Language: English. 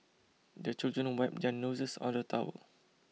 the children wipe their noses on the towel